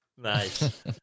nice